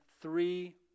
three